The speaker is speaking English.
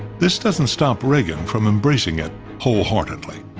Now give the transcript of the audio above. this doesn't stop reagan from embracing it wholeheartedly.